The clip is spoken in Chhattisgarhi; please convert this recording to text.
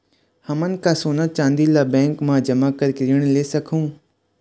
हमन का सोना चांदी ला बैंक मा जमा करके ऋण ले सकहूं?